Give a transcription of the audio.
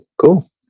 Cool